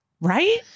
right